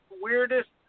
weirdest